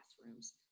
classrooms